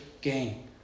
gain